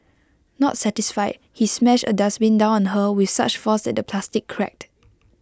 not satisfied he smashed A dustbin down on her with such force that the plastic cracked